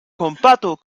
kompatu